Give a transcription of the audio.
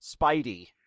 Spidey